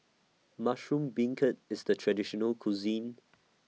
Mushroom Beancurd IS The Traditional Cuisine